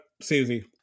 susie